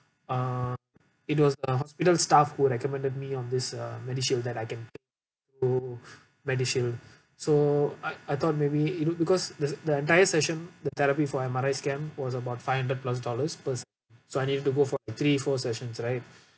uh it was a hospital staff who recommended me on this uh MediShield that I can to MediShield so I I thought maybe it would because the the entire session the therapy for M_R_I scan was about five hundred plus dollars per session so I need to go for three four sessions right